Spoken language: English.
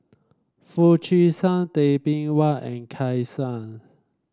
Foo Chee San Tay Bin Wee and Kay Sun